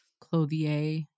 Clothier